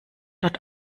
dort